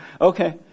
Okay